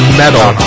metal